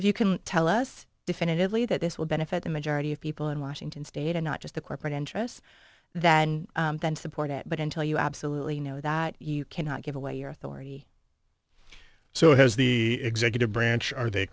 if you can tell us definitively that this will benefit the majority of people in washington state and not just the corporate interests than then support it but until you absolutely know that you cannot give away your authority so has the executive branch are they